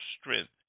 strength